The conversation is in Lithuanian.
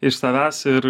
iš savęs ir